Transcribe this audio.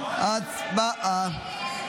התקבלה.